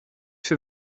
für